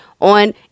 on